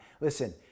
Listen